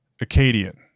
Acadian